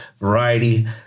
variety